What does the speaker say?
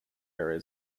area